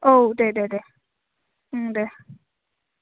औ दे दे दे उम दे